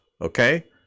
okay